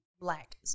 black